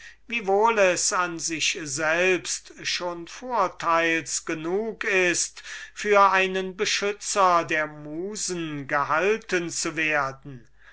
es gleich an sich selbst schon vorteils genug für einen fürsten ist für einen beschützer der musen gehalten zu werden